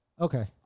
Okay